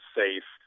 safe